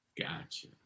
Gotcha